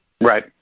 Right